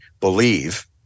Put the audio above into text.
believe